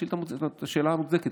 השאלה מוצדקת.